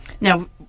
Now